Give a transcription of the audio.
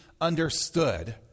understood